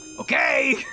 okay